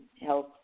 health